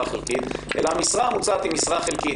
חלקית אלא המשרה המוצעת היא משרה חלקית.